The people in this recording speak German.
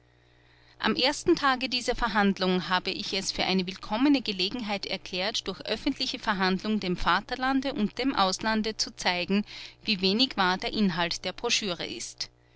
am ersten tage dieser verhandlung habe ich es für eine willkommene gelegenheit erklärt durch öffentliche verhandlung dem vaterlande und dem auslande zu zeigen wie wenig wahr der inhalt der broschüre ist